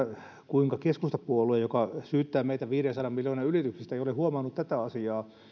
kuinka keskustapuolue joka syyttää meitä viidensadan miljoonan ylityksestä ei ole huomannut tätä asiaa